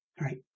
Right